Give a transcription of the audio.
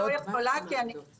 לא, ממש לא.